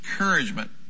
encouragement